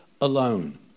alone